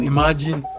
Imagine